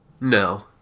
No